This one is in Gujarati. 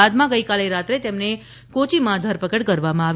બાદમાં ગઇકાલે રાત્રે તેમને કોચીમાં ધરપકડ કરવામાં આવી